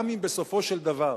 גם אם בסופו של דבר,